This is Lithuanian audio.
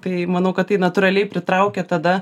tai manau kad tai natūraliai pritraukia tada